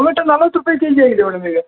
tomato ನಲ್ವತ್ತು ರೂಪಾಯಿ K G ಆಗಿದೆ ಮೇಡಮ್ ಈಗ